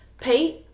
Pete